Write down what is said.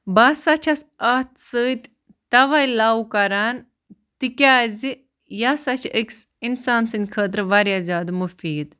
بہٕ ہَسا چھَس اَتھ سۭتۍ تَوَے لَو کَران تِکیٛازِ یہِ ہَسا چھِ أکِس اِنسان سٕنٛدِ خٲطرٕ واریاہ زیادٕ مُفیٖد